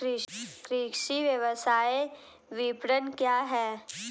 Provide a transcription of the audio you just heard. कृषि व्यवसाय विपणन क्या है?